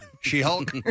She-Hulk